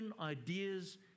ideas